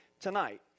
tonight